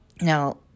Now